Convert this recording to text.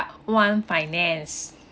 one finance